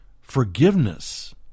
forgiveness